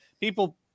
people